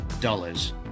Dollars